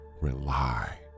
Rely